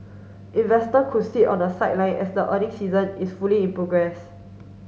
investor could sit on the sideline as the earning season is fully in progress